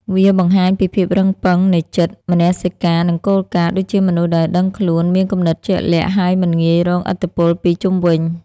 វាបង្ហាញពីភាពរឹងប៉ឹងនៃចិត្ត មនសិការ និងគោលការណ៍ ដូចជាមនុស្សដែលដឹងខ្លួន មានគំនិតជាក់លាក់ ហើយមិនងាយរងឥទ្ធិពលពីជុំវិញ។